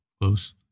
close